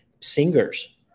singers